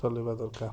ଚଲେଇବା ଦରକାର